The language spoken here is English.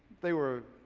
they were